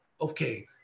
okay